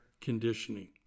conditioning